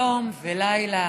יום ולילה